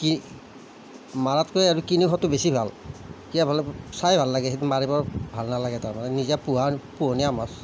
কি মাৰাতকৈ আৰু কিনি খোৱাটো বেছি ভাল কিয় ভাল চাই ভাল লাগে সেইটো মাৰিব ভাল নালাগে তাৰমানে নিজে পোহা পোহনীয়া মাছ